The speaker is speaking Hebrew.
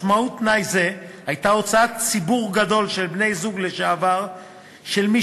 משמעות תנאי זה הייתה הוצאת ציבור גדול של בני-זוג לשעבר של מי